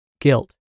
guilt